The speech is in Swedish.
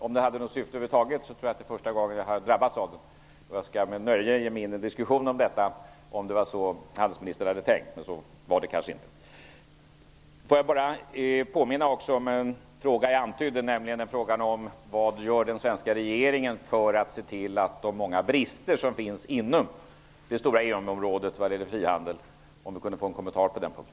Om den hade något syfte över huvud taget tror jag att det är första gången jag har drabbats av den. Jag skall med nöje ge mig in i en diskussion om detta om det var så handelsministern hade tänkt, men så var det kanske inte. Jag vill bara påminna om en fråga jag antydde, nämligen frågan om vad den svenska regeringen gör för att se till de många brister som finns inom det stora EU-området vad gäller frihandeln. Kan jag få en kommentar på den punkten?